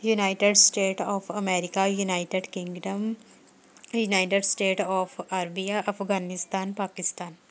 united state of America United Kingdom united state of Arabia Afghanistan Pakistan